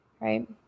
right